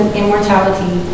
immortality